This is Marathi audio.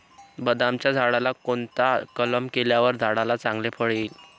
बदामाच्या झाडाला कोणता कलम केल्यावर झाडाला चांगले फळ येईल?